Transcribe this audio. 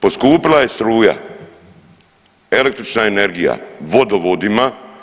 Poskupila je struja, električna energija, vodovodima.